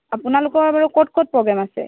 আপোনালোকৰ বাৰু ক'ত ক'ত প্ৰগ্ৰেম আছে